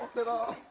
bit um